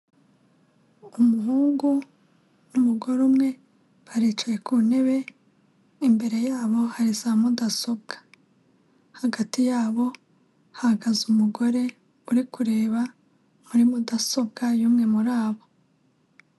Umuhungu n'umugore umwe baricaye ku ntebe imbere yabo hari za mudasobwa, hagati yabo ha hagaze umugore uri kureba muri mudasobwa y'umwe muri abo.